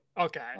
Okay